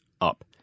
up